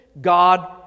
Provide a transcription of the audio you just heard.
God